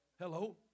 Hello